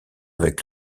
avec